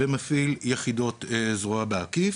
ומפעיל יחידות זרוע בעקיף.